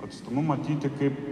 atstumu matyti kaip